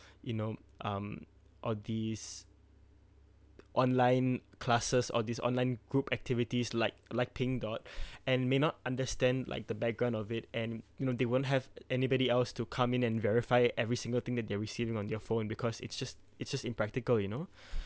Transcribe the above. you know um or these online classes or these online group activities like like pink dot and may not understand like the background of it and you know they won't have anybody else to come in and verify every single thing that they receiving on their phone because it's just it's just impractical you know